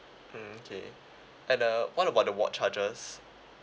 mm okay and uh what about the ward charges